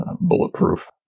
bulletproof